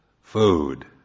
food